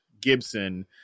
Gibson